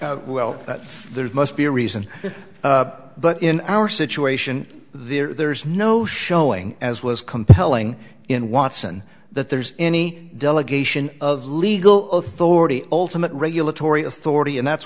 a well that's there's must be a reason but in our situation there's no showing as was compelling in watson that there's any delegation of legal authority ultimate regulatory authority and that's